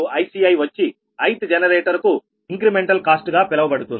dCidPgiICi వచ్చి ithజనరేటర్ కు ఇంక్రెమెంటల్ కాస్ట్ గా పిలవబడుతుంది